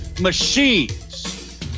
machines